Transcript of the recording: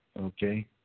okay